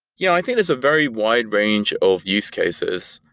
yeah i think it's a very wide range of use cases.